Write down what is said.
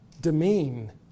demean